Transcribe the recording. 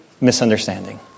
misunderstanding